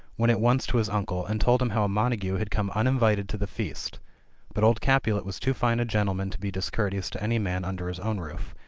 went at once to his uncle, and told him how a montagu had come uninvited to the feast but old capulet was too fine a gentleman to be discourteous to any man under his own roof,